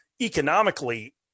economically